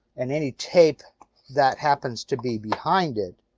and any tape that happens to be behind it.